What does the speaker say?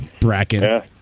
Bracket